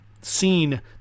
seen